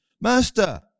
Master